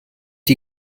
die